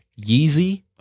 Yeezy